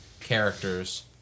characters